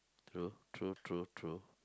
true true true true